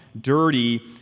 dirty